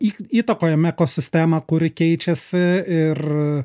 įtakojame ekosistemą kuri keičiasi ir